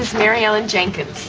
mary ellen jenkins.